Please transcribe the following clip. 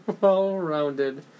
Well-rounded